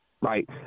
right